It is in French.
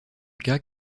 cas